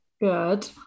good